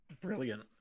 Brilliant